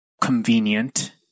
convenient